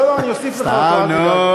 לא, לא, אני אוסיף לך אותו, אל תדאג.